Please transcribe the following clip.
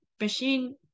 machine